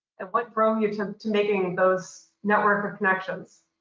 and what drove you to to making those network of connections.